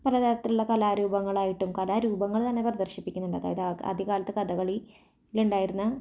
പല തരത്തിലുള്ള കലാരൂപങ്ങളായിട്ടും കലാരൂപങ്ങള് തന്നെ പ്രദർശിപ്പിക്കുന്നുണ്ട് അതായത് ആദ്യ കാലത്ത് കഥകളിലുണ്ടായിരുന്ന